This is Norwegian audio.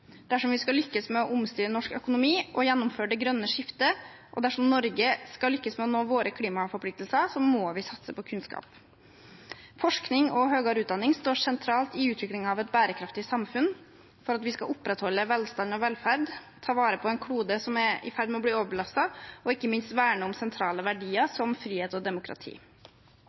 Dersom vi skal lykkes med å omstille norsk økonomi og gjennomføre det grønne skiftet, og dersom Norge skal lykkes med å nå sine klimaforpliktelser, må vi satse på kunnskap. Forskning og høyere utdanning står sentralt i utviklingen av et bærekraftig samfunn og for at vi skal opprettholde velstand og velferd, ta vare på en klode som er i ferd med å bli overbelastet, og ikke minst verne om sentrale verdier som frihet og demokrati.